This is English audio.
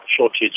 shortage